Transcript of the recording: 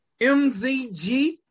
mzg